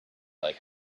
like